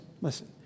listen